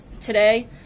Today